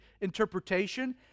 interpretation